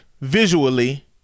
visually